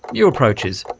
new approaches,